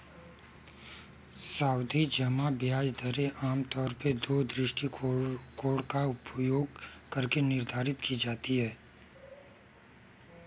सावधि जमा ब्याज दरें आमतौर पर दो दृष्टिकोणों का उपयोग करके निर्धारित की जाती है